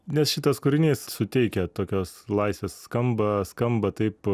nes šitas kūrinys suteikia tokios laisvės skamba skamba taip